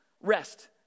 rest